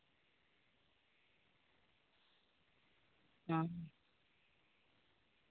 ᱚ